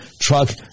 truck